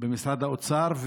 במשרד האוצר,